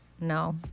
No